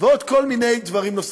וכל מיני דברים נוספים.